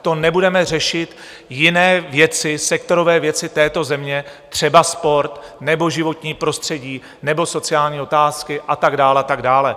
To nebudeme řešit jiné věci, sektorové věci této země, třeba sport nebo životní prostředí nebo sociální otázky a tak dále a tak dále?